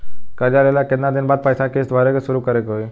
कर्जा लेला के केतना दिन बाद से पैसा किश्त भरे के शुरू करे के होई?